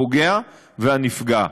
הפוגע והנפגע.